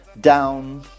Down